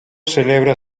celebra